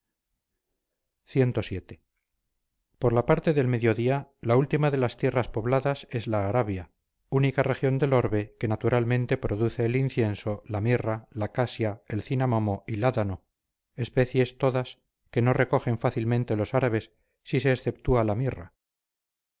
vestidos cvii por la parte de mediodía la última de las tierras pobladas en la arabia única región del orbe que naturalmente produce el incienso la mirra la casia el cinamomo y ládano especies todas que no recogen fácilmente los árabes si se exceptúa la mirra